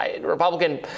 Republican